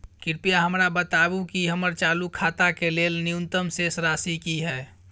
कृपया हमरा बताबू कि हमर चालू खाता के लेल न्यूनतम शेष राशि की हय